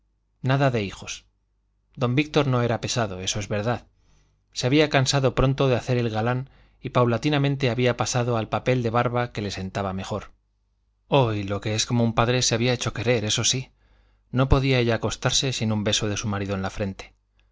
nada de hijos don víctor no era pesado eso es verdad se había cansado pronto de hacer el galán y paulatinamente había pasado al papel de barba que le sentaba mejor oh y lo que es como un padre se había hecho querer eso sí no podía ella acostarse sin un beso de su marido en la frente